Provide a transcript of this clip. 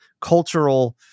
cultural